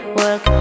work